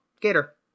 Gator